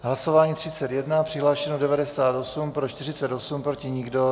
V hlasování 31 přihlášeno 98, pro 48, proti nikdo.